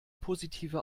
positive